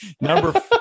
number